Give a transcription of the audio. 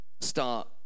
start